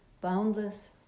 boundless